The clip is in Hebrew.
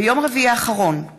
ביום רביעי האחרון,